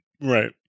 Right